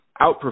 outperform